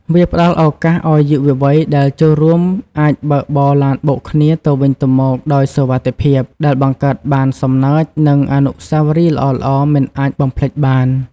វាផ្ដល់ឱកាសឱ្យយុវវ័យដែលចូលរួមអាចបើកបរឡានបុកគ្នាទៅវិញទៅមកដោយសុវត្ថិភាព ដែលបង្កើតបានសំណើច និងអនុស្សាវរីយ៍ល្អៗមិនអាចបំភ្លេចបាន។